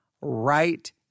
right